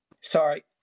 Sorry